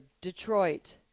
detroit